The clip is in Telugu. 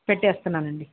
పెట్టేస్తున్నాను అండి